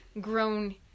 grown